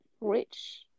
rich